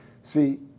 See